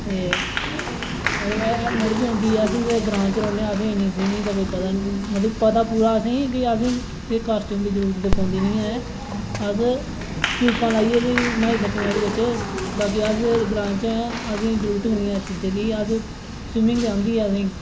ते ओह् इक्क हेलमेट बी औंदी ऐ अस ते ग्रांऽ च रौह्ने आं असेंगी ते स्विमिंग दा पता निं पता पूरा मतलब एह् कॉस्ट्यूम दी जरूरत पौंदी निं ऐ अस ट्यूबां लाइयै बी न्हाई सकनें आं ओह्दे बिच बाकी अस ग्रांऽ च आं असेंगी जरूरत निं ऐ इस चीजै दी स्विमिंग ते आंदी गै असेंगी